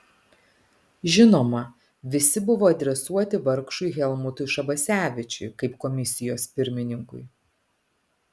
žinoma visi buvo adresuoti vargšui helmutui šabasevičiui kaip komisijos pirmininkui